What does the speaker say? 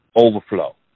overflow